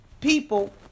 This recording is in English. people